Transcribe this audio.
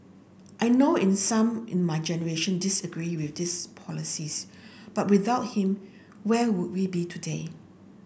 I know in some in my generation disagree with this policies but without him where would we be today